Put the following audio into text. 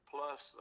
Plus